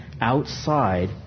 outside